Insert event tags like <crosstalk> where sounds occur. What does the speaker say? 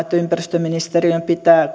<unintelligible> että ympäristöministeriön pitää <unintelligible>